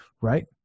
right